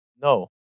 No